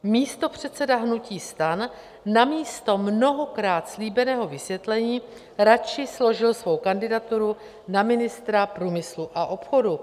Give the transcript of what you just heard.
Místopředseda hnutí STAN namísto mnohokrát slíbeného vysvětlení radši složil svou kandidaturu na ministra průmyslu a obchodu.